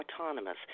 autonomous